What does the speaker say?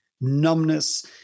numbness